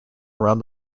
round